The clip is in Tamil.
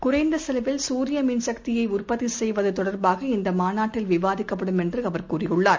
குறைந்தசெலவில் குரியமின் சக்தியைஉற்பத்திசெய்வத்தொடர்பாக இந்தமாநாட்டில் விவாதிக்கப்படும் என்றுஅவர் கூறியுள்ளார்